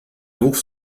wuchs